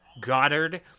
Goddard